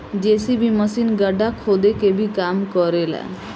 JCB machine गड्ढा खोदे के भी काम करे ला